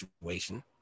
situation